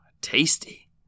Tasty